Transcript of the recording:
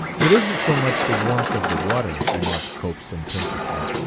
it isn't so much the warmth of the water, remarked cope sententiously.